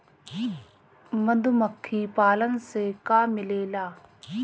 मधुमखी पालन से का मिलेला?